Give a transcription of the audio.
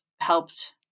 helped